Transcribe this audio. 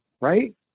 Right